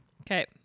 Okay